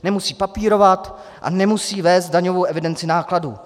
Nemusí papírovat a nemusí vést daňovou evidenci nákladů.